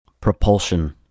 Propulsion